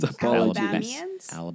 Alabamians